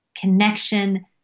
connection